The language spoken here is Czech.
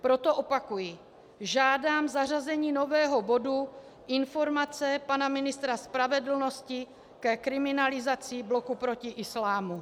Proto opakuji: žádám zařazení nového bodu Informace pana ministra spravedlnosti ke kriminalizaci Bloku proti islámu.